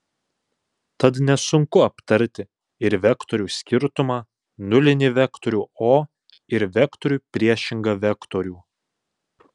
tad nesunku aptarti ir vektorių skirtumą nulinį vektorių o ir vektoriui priešingą vektorių